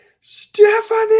Stephanie